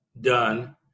done